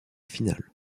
finale